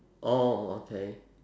orh okay